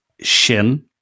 Shin